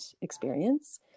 experience